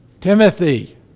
Timothy